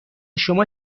شما